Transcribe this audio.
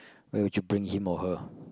where would you bring him or her